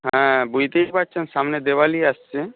হ্যাঁ বুঝতেই তো পারছেন সামনে দেওয়ালি আসছে